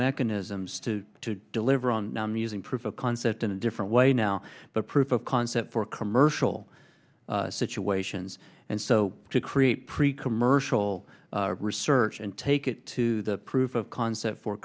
mechanisms to deliver on on the using proof of concept in a different way now the proof of concept for commercial situations and so to create pre commercial research and take it to the proof of concept for